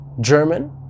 German